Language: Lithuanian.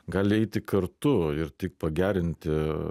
gali eiti kartu ir taip pagerinti